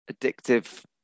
addictive